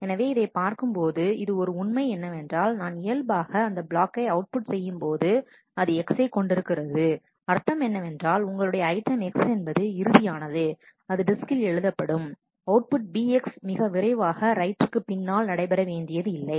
எனவே இதை பார்க்கும்போது இது ஒரு உண்மை என்னவென்றால் நான் இயல்பாக அந்த பிளாக்கை அவுட்புட் செய்யும்போது அது X சை கொண்டிருக்கிறது அர்த்தம் என்ன என்றால் உங்களுடைய ஐட்டம் X என்பது இறுதியானது அது டிஸ்கில் எழுதப்படும் அவுட் புட் Bx மிக விரைவாக ரைட்டிற்குப் பின்னால் நடைபெற வேண்டியது இல்லை